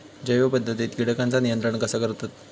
जैव पध्दतीत किटकांचा नियंत्रण कसा करतत?